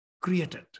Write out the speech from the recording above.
created